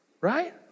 Right